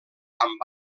amb